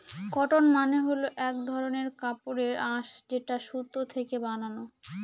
cotton মানে হল এক ধরনের কাপড়ের আঁশ যেটা সুতো থেকে বানানো